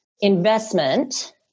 investment